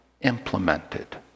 implemented